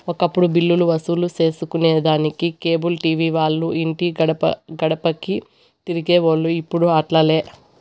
ఒకప్పుడు బిల్లులు వసూలు సేసుకొనేదానికి కేబుల్ టీవీ వాల్లు ఇంటి గడపగడపకీ తిరిగేవోల్లు, ఇప్పుడు అట్లాలే